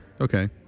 Okay